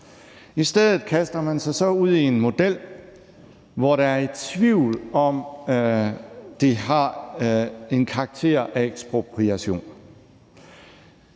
I stedet kaster man sig så ud i en model, hvor der er tvivl om, hvorvidt det har karakter af ekspropriation.